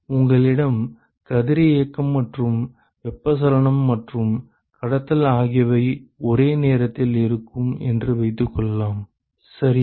உங்களிடம் கதிரியக்கம் மற்றும் வெப்பச்சலனம் மற்றும் கடத்தல் ஆகியவை ஒரே நேரத்தில் இருக்கும் என்று வைத்துக்கொள்வோம் சரியா